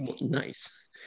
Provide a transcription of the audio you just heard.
Nice